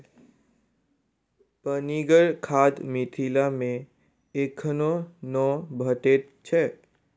पनिगर खाद मिथिला मे एखनो नै भेटैत छै